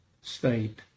state